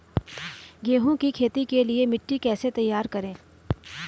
गेहूँ की खेती के लिए मिट्टी कैसे तैयार करें?